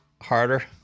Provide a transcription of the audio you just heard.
harder